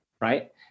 right